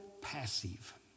passive